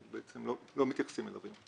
בעצם לא מתייחסים אליו היום.